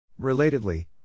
Relatedly